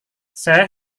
saya